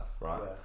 Right